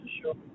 sure